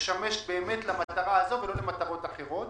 משמש באמת למטרה הזאת ולא למטרות אחרות.